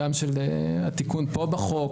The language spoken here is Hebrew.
גם של התיקון פה בחוק,